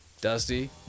dusty